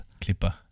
Clipper